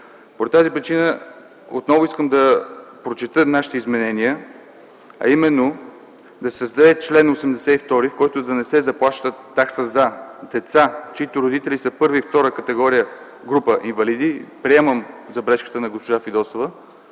По тази причина отново искам да прочета нашите изменения, а именно да се създаде чл. 82, който е да не се заплащат такси за деца, чиито родители са първа и втора група инвалиди. Приемам забежката на госпожа Фидосова,